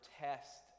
test